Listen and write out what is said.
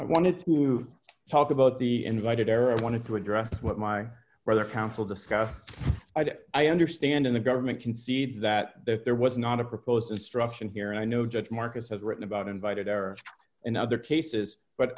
i wanted to talk about the invited error i wanted to address what my brother counsel discussed i understand in the government concedes that if there was not a proposed instruction here and i know judge marcus has written about invited or in other cases but